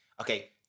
okay